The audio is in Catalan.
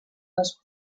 les